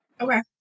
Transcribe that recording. Okay